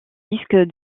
disque